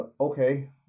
Okay